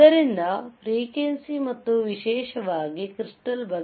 ಆದ್ದರಿಂದ ಫ್ರೀಕ್ವೆಂಸಿ ಮತ್ತು ವಿಶೇಷವಾಗಿ ಕ್ರಿಸ್ಟಾಲ್ crystals